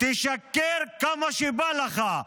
תשקר כמה שבא לך,